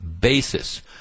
basis